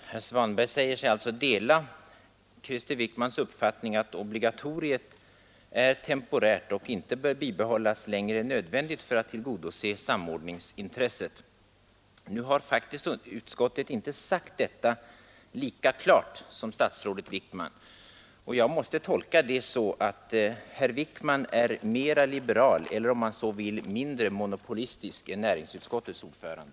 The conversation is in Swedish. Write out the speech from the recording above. Herr talman! Herr Svanberg säger sig alltså dela Krister Wickmans uppfattning att obligatoriet är temporärt och inte bör bibehållas längre än vad som är nödvändigt för att tillgodose samordningsintresset. Nu har faktiskt utskottet inte sagt detta lika klart som statsrådet Wickman, och man måste tolka det så att herr Wickman är mera liberal eller om man så vill mindre monopolistisk än näringsutskottets ordförande.